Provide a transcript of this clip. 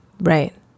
Right